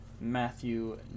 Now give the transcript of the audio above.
Matthew